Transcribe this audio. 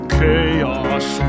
Chaos